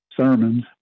sermons